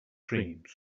dreams